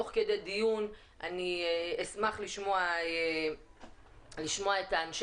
ותוך כדי דיון אשמח לשמוע את אנשי